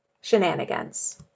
shenanigans